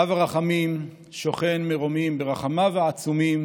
"אב הרחמים שוכן מרומים ברחמיו העצומים